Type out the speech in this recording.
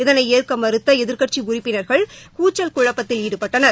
இதனை ஏற்க மறுத்த எதிர்க்கட்சி உறுப்பினர்கள் கூச்சல் குழப்பத்தில் ஈடுபட்டனர்